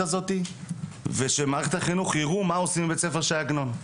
הזאת ושמערכת החינוך תראה מה עושים בבית ספר שי עגנון.